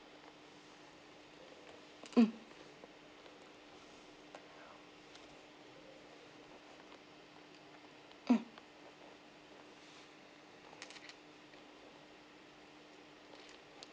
mm mm